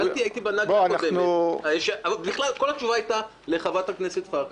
אם כל דבר שבו אנחנו נצטרך לפעול,